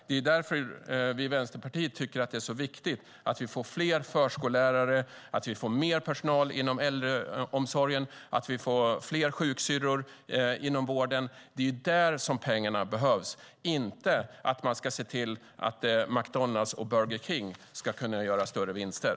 Det är därför vi i Vänsterpartiet tycker att det är så viktigt att vi får fler förskollärare, att vi får mer personal inom äldreomsorgen och att vi får fler sjuksyrror inom vården. Det är där som pengarna behövs, inte för att man ska se till att McDonalds och Burger King ska kunna göra större vinster.